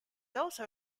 also